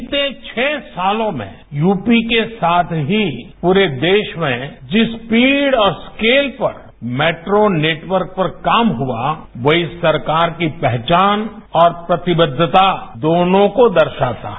बीते छह सालों में यूपी के साथ ही भी पूरे देश में जिस स्पीड और स्केल पर मेट्रो नेटवर्क पर काम हुआ वही सरकार की पहचान और प्रतिबद्धता दोनों को दर्शाता है